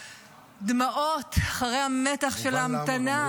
והדמעות אחרי המתח של ההמתנה --- מובן